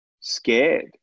scared